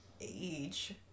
age